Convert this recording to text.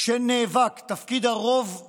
שנאבק תפקיד הרוב בעם,